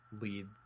lead